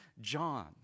John